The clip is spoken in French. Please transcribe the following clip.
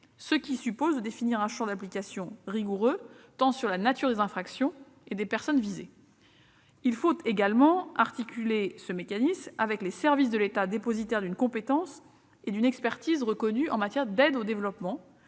Cela suppose de définir un champ d'application rigoureux, concernant la nature tant des infractions que des personnes visées. Il faut également articuler ce mécanisme avec les services de l'État dépositaires d'une compétence et d'une expertise reconnues en matière d'aide au développement,